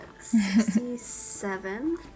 sixty-seven